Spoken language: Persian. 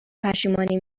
پشیمانی